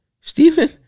Stephen